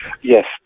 Yes